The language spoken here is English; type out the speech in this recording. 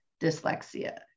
dyslexia